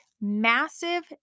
massive